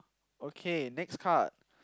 okay next card